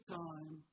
time